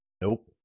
Nope